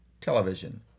television